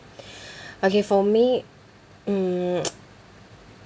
okay for me mm